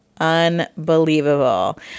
Unbelievable